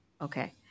Okay